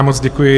Moc děkuji.